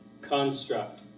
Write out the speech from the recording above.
construct